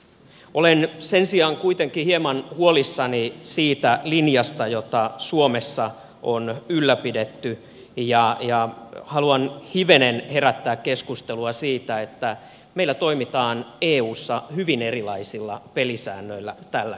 olen sen sijaan kuitenkin hieman huolissani siitä linjasta jota suomessa on ylläpidetty ja haluan hivenen herättää keskustelua siitä että meillä toimitaan eussa hyvin erilaisilla pelisäännöillä tällä hetkellä